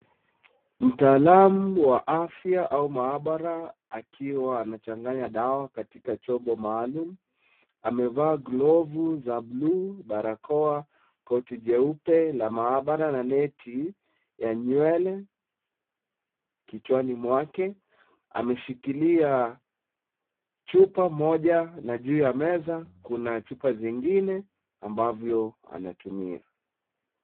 Mtaalamu wa afya au maabara akiwa anachanganya dawa katika chombo maalum . Amevaa glovu za blu, barakoa , koti jeupe la maabara na neti ya nywele kichwani mwake. Ameshikilia chupa moja na juu ya meza kuna chupa zingine ambavyo anatumia.